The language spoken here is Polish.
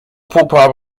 pupa